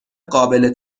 قابل